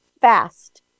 fast